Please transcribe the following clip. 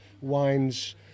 wines